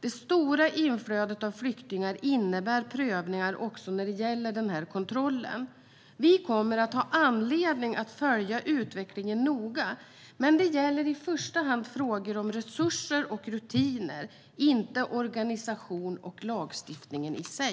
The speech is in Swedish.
Det stora inflödet av flyktingar innebär prövningar också när det gäller kontrollen. Vi kommer att ha anledning att följa utvecklingen noga, men det gäller i första hand frågor om resurser och rutiner - inte organisationen och lagstiftningen i sig.